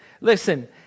Listen